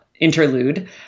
interlude